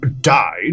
died